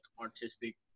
artistic